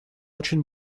очень